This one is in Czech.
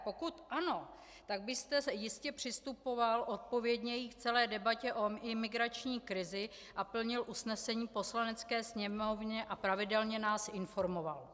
Pokud ano, tak byste jistě přistupoval odpovědněji k celé debatě o imigrační krizi a plnil usnesení Poslanecké sněmovny a pravidelně nás informoval.